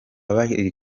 bari